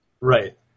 right